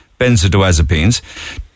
benzodiazepines